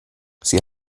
sie